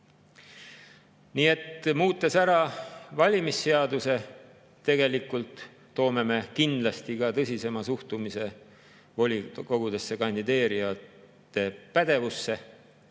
Nii et muutes ära valimisseaduse, toome me kindlasti tõsisema suhtumise volikogudesse kandideerijate pädevusse,